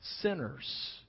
sinners